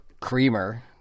creamer